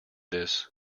this